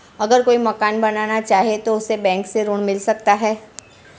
अगर कोई मकान बनाना चाहे तो उसे बैंक से ऋण मिल सकता है?